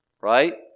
Right